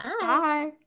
Bye